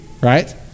right